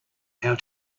how